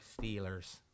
Steelers